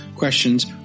Questions